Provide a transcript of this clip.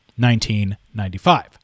1995